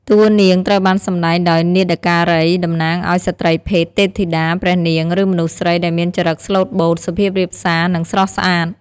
តួនាងត្រូវបានសម្ដែងដោយនាដការី តំណាងឲ្យស្រ្តីភេទ ទេពធីតា ព្រះនាង ឬមនុស្សស្រីដែលមានចរិតស្លូតបូត សុភាពរាបសា និងស្រស់ស្អាត។